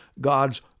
God's